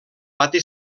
pati